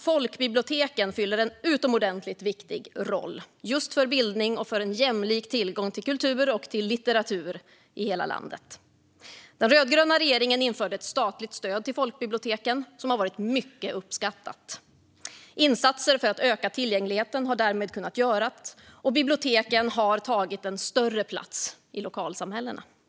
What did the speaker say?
Folkbiblioteken fyller en utomordentligt viktig funktion just för bildning och för en jämlik tillgång till kultur och litteratur i hela landet. Den rödgröna regeringen införde ett statligt stöd till folkbiblioteken som har varit mycket uppskattat. Insatser för att öka tillgängligheten har därmed kunnat göras, och biblioteken har tagit en större plats i lokalsamhällena. Herr talman!